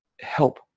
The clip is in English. help